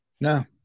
No